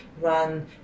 run